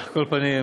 על מה הוויכוח?